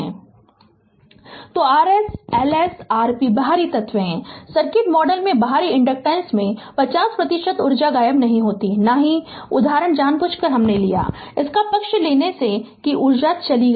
Refer slide time 3035 तो Rs Ls Rp बाहरी तत्व हैं सर्किट मॉडल में बाहरी इन्डकटेंस में 50 प्रतिशत ऊर्जा गायब नहीं होती ना ही यह उदाहरण जानबूझकर हमने लिया है इसका पक्ष लेने से ऊर्जा चली गई है